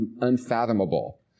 unfathomable